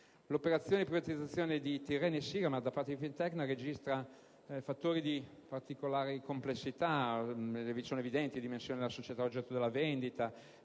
L'operazione di privatizzazione di Tirrenia e Siremar da parte di Fintecna registra fattori di particolare complessità in ragione, fra l'altro, della dimensione della società oggetto di vendita,